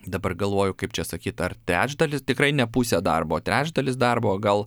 dabar galvoju kaip čia sakyt ar trečdalis tikrai ne pusė darbo trečdalis darbo o gal